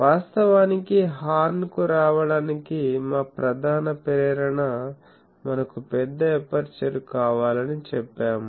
వాస్తవానికి హార్న్ కు రావడానికి మా ప్రధాన ప్రేరణ మనకు పెద్ద ఎపర్చరు కావాలని చెప్పాము